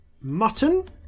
mutton